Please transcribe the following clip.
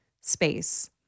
space